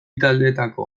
taldeetako